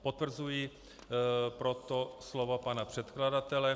Potvrzuji proto slova pana předkladatele.